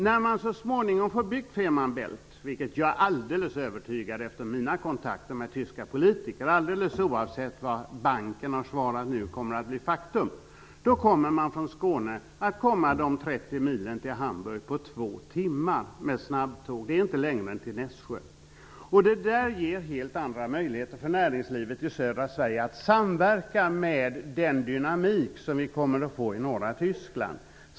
Med hänvisning till mina kontakter med tyska politiker är jag alldeles övertygad om att man så småningom bygger förbindelsen över Fehmarn Bält. Oavsett vad banken har svarat nu är jag övertygad om att det kommer att bli ett faktum. Då kommer man att kunna ta sig de 30 milen från Skåne till Hamburg på två timmar med snabbtåg. Det är inte längre än till Nässjö. Det ger helt andra möjligheter för näringslivet i södra Sverige att komma i kontakt med den dynamik som kommer att uppstå i norra Tyskland.